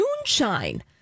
moonshine